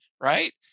right